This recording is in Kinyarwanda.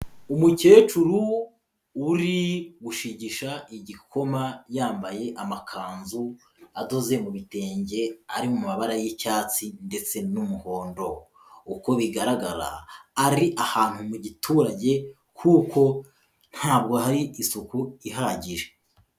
Umukecuru uri gushigisha igikoma yambaye amakanzu adoze mu bitenge, ari mu mabara y'icyatsi ndetse n'umuhondo. Uko bigaragara ari ahantu mu giturage kuko ntabwo hari isuku ihagije.